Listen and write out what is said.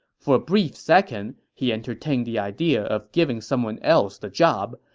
for a brief second, he entertained the idea of giving someone else the job,